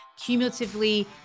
cumulatively